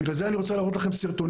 בגלל זה אני רוצה להראות לכם סרטונים.